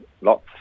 lots